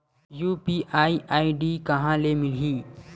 UPI ID कहां ले मिलही?